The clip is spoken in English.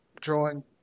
drawing